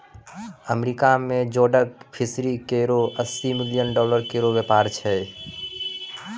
America में जोडक fishery केरो अस्सी मिलियन डॉलर केरो व्यापार छै